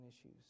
issues